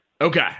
Okay